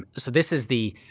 um so this is the.